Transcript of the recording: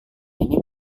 ini